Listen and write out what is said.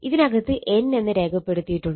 ഇതിനകത്ത് n എന്ന് രേഖപ്പെടുത്തിയിട്ടുണ്ട്